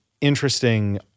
interesting